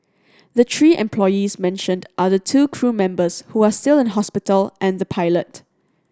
the three employees mentioned are the two crew members who are still in hospital and the pilot